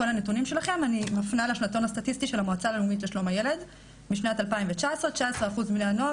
אני מפנה לשנתון הסטטיסטי של המועצה משנת 2019. 19% מבני הנוער